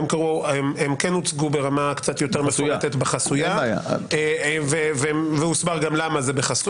הם כן הוצגו ברמה קצת יותר מפורטת בחסויה והוסבר גם למה זה בחסוי.